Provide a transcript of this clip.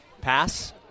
Pass